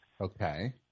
Okay